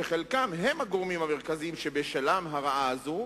שחלקם הם הגורמים המרכזיים ובשלהם הרעה הזאת,